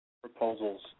proposals